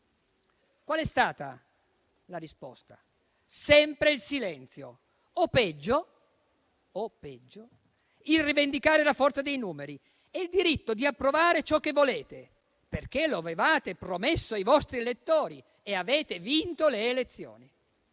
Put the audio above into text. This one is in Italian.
Qual è stata la risposta? Sempre il silenzio o, peggio, il rivendicare la forza dei numeri e il diritto di approvare ciò che volete, perché lo avevate promesso ai vostri elettori e avete vinto le elezioni,